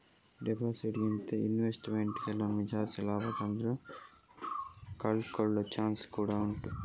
deposit ಗಿಂತ investment ಕೆಲವೊಮ್ಮೆ ಜಾಸ್ತಿ ಲಾಭ ತಂದ್ರೂ ಕಳ್ಕೊಳ್ಳೋ ಚಾನ್ಸ್ ಕೂಡಾ ಉಂಟು